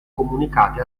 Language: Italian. comunicati